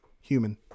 Human